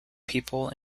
people